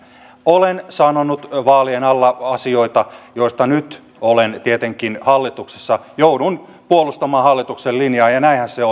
olen sanonut vaalien alla asioita joiden kohdalla nyt tietenkin hallituksessa joudun puolustamaan hallituksen linjaa ja näinhän se on